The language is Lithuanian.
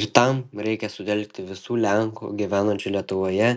ir tam reikia sutelkti visų lenkų gyvenančių lietuvoje